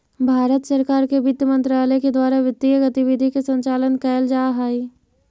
भारत सरकार के वित्त मंत्रालय के द्वारा वित्तीय गतिविधि के संचालन कैल जा हइ